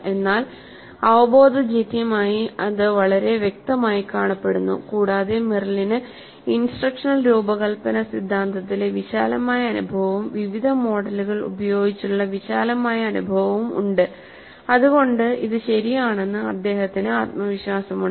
എന്നാൽ അവബോധജന്യമായി ഇത് വളരെ വ്യക്തമായി കാണപ്പെടുന്നു കൂടാതെ മെറിലിന് ഇൻസ്ട്രക്ഷണൽ രൂപകൽപ്പന സിദ്ധാന്തത്തിലെ വിശാലമായ അനുഭവവും വിവിധ മോഡലുകൾ ഉപയോഗിച്ചുള്ള വിശാലമായ അനുഭവവും ഉണ്ട്അത് കൊണ്ട് ഇത് ശരിയാണെന്ന് അദ്ദേഹത്തിന് ആത്മവിശ്വാസമുണ്ട്